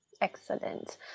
excellent